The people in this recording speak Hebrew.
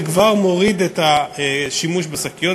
זה כבר מוריד את השימוש בשקיות,